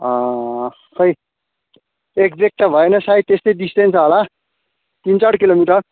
खै एक्जेक्ट त भएन सायद त्यस्तै डिस्टेन्स होला तिन चार किलोमिटर